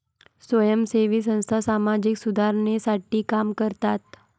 स्वयंसेवी संस्था सामाजिक सुधारणेसाठी काम करतात